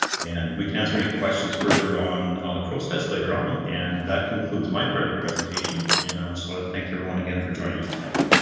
and we can answer any questions further on on the process later on, and that concludes my part of the presentation and i just want to thank everyone again for joining us tonight.